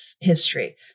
history